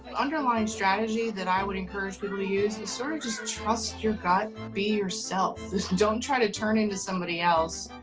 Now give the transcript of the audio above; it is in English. underlying strategy that i would encourage people to use is sort of just trust your gut be yourself just don't try to turn into somebody else.